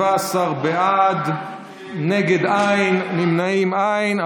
17 בעד, נגד, אין, נמנעים, אין.